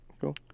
cool